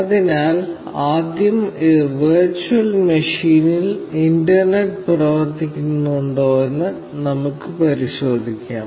അതിനാൽ ആദ്യം ഈ വെർച്വൽ മെഷീനിൽ ഇന്റർനെറ്റ് പ്രവർത്തിക്കുന്നുണ്ടോയെന്ന് നമുക്ക് പരിശോധിക്കാം